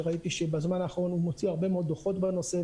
שראיתי שבזמן האחרון הוא מוציא הרבה מאוד דוחות בנושא,